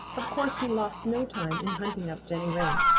of course he lost no time in hunting up jenny wren.